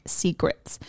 secrets